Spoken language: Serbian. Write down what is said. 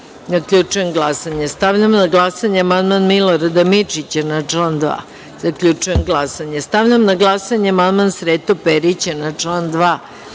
1.Zaključujem glasanje. Stavljam na glasanje amandman Milorada Mirčića na član 2.Zaključujem glasanje. Stavljam na glasanje amandman Srete Perića na član